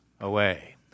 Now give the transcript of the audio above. away